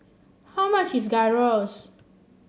how much is Gyros